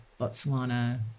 botswana